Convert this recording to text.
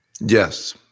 Yes